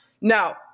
Now